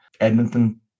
Edmonton